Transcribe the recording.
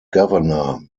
governor